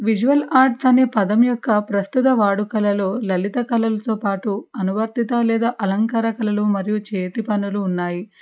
visual art అనే పదం యొక్క ప్రస్తుత వాడుకలలో లలిత కళలతో పాటు అనువర్తిత లేదా అలంకార కళలు మరియు చేతి పనులు పనులు ఉన్నాయి